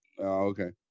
okay